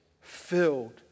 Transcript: filled